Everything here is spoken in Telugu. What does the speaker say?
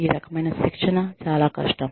ఈ రకమైన శిక్షణ చాలా కష్టం